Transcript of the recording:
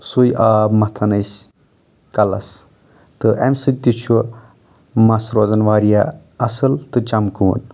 سُے آب متھان أسۍ کلس تہٕ اَمہِ سۭتۍ تہِ چھُ مس روزان واریاہ اَصٕل تہٕ چمکوُن